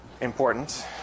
important